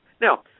Now